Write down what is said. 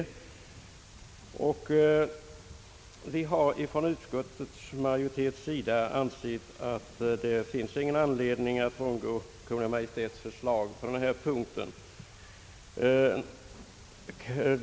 Utskottets majoritet har ansett, att det inte finns anledning att frångå Kungl. Maj:ts förslag på denna punkt.